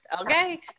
okay